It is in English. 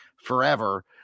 Forever